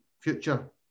future